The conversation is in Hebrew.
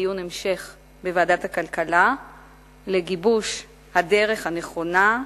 דיון המשך בוועדת הכלכלה לגיבוש הדרך הנכונה,